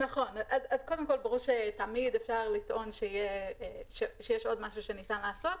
ברור שתמיד אפשר לטעון שיש עוד משהו שניתן לעשות,